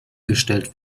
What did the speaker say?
gestellt